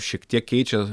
šiek tiek keičia